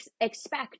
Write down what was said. expect